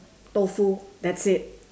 tofu that's it